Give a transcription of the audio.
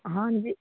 ਹਾਂਜੀ